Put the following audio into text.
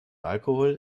alkohol